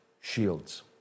shields